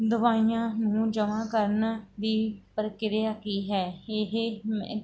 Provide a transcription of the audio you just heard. ਦਵਾਈਆਂ ਨੂੰ ਜਮ੍ਹਾਂ ਕਰਨ ਦੀ ਪ੍ਰਕਿਰਿਆ ਕੀ ਹੈ ਇਹ